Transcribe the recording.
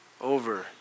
over